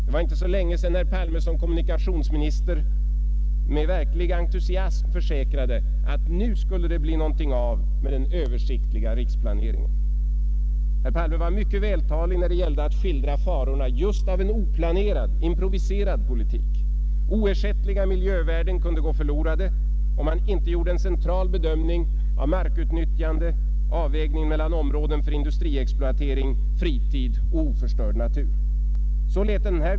Det var inte så länge sedan herr Palme som kommunikationsminister med verklig extusiasm försäkrade att nu skulle det bli någonting av med den översiktliga riksplaneringen. Herr Palme var mycket vältalig när det gällde att skildra farorna just av en oplanerad, improviserad politik — oersättliga miljövärden kunde gå förlorade om man inte gjorde en central bedömning av markutnyttjande, avvägning mellan områden för industriexploatering, fritid och oförstörd natur.